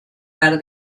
par